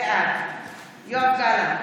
בעד יואב גלנט,